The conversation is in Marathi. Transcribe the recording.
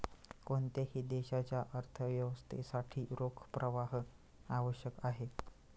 कोणत्याही देशाच्या अर्थव्यवस्थेसाठी रोख प्रवाह आवश्यक आहे